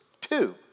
two